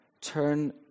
turn